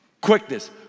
Quickness